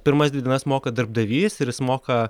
pirmas dvi dienas moka darbdavys ir jis moka